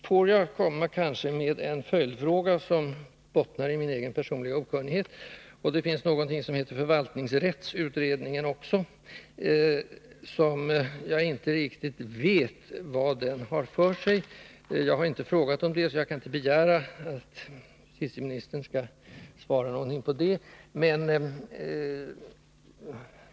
Får jag komma med en följdfråga som bottnar i min egen okunnighet? Det finns någonting som heter förvaltningsrättsutredningen också. Jag vet inte riktigt vad den har för sig. Jag har inte frågat om detta, så jag kan inte begära att justitieministern skall svara på det.